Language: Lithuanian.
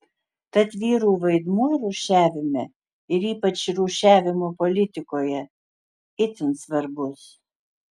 tad vyrų vaidmuo rūšiavime ir ypač rūšiavimo politikoje itin svarbus